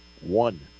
One